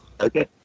Okay